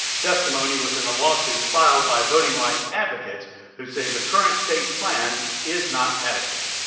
testimony was in a lawsuit filed by voting rights advocates who say the current state plan is not adequate.